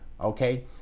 okay